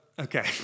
okay